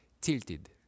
tilted